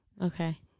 Okay